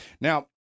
Now